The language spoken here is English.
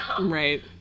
Right